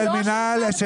הוא לא של מינהל הבטיחות.